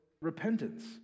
repentance